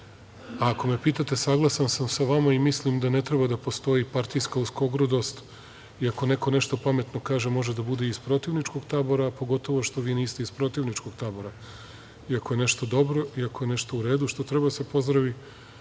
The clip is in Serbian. ako me pitate, saglasan sam sa vama i mislim da ne treba da postoji partijska uskogrudost i ako neko nešto pametno kaže, može da bude iz protivničkog tabora, a pogotovo što vi niste iz protivničkog tabora, i ako je nešto dobro i ako je nešto u redu, što treba da se pozdravi,